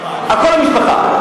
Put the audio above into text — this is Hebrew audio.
על כל המשפחה.